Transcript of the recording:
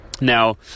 Now